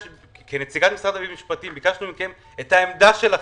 כנציגת משרד המשפטים ביקשנו מכם את העמדה שלכם.